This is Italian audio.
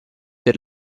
per